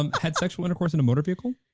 um had sexual intercourse in a motor vehicle?